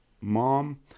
mom